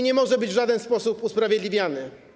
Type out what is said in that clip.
Nie może być on w żaden sposób usprawiedliwiany.